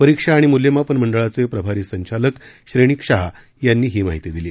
परीक्षा आणि मूल्यमापन मंडळाचे प्रभारी संचालक सीए श्रेणीक शाह यांनी ही माहिती दिली